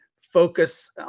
focus